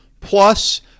Plus